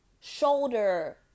shoulder